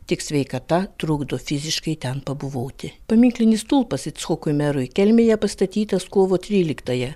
tik sveikata trukdo fiziškai ten pabuvoti paminklinis stulpas icchokui merui kelmėje pastatytas kovo tryliktąją